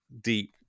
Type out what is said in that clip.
deep